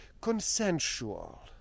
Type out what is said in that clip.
consensual